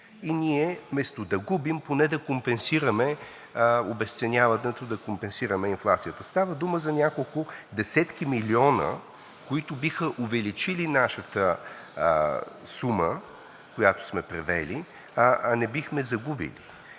и ние, вместо да губим, поне да компенсираме обезценяването, да компенсираме инфлацията. Става дума за няколко десетки милиона, които биха увеличили нашата сума, която сме превели, а не бихме загубили.